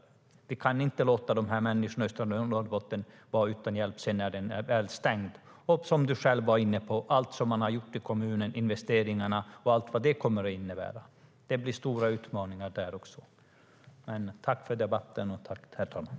Vi kan inte låta dessa människor i östra Norrbotten stå utan hjälp när gruvan väl har stängts. Ministern nämnde själv allt som kommunen har gjort i fråga om investeringar och så vidare. Det blir stora utmaningar där också.